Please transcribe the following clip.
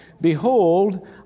Behold